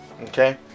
Okay